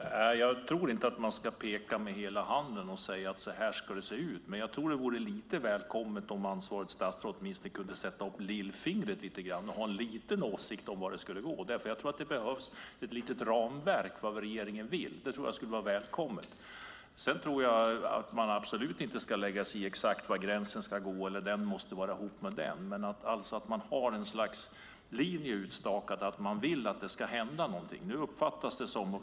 Fru talman! Jag tror inte att man ska peka med hela handen och säga att det är så här det ska se ut. Men jag tror att det vore lite välkommet om ansvarigt statsråd åtminstone kunde sätta upp lillfingret och ha en liten åsikt om vart det ska gå. Jag tror att det behövs ett litet ramverk där det framgår vad regeringen vill. Det skulle vara välkommet. Man ska absolut inte lägga sig i exakt var gränsen ska gå eller vem som ska vara ihop med vem. Men det måste finnas ett slags linje utstakad om att något ska hända.